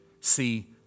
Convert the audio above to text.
See